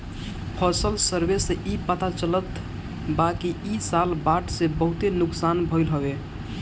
फसल सर्वे से इ पता चलल बाकि इ साल बाढ़ से बहुते नुकसान भइल हवे